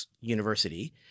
university